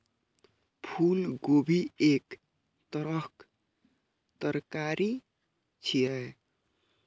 फूलगोभी एक तरहक तरकारी छियै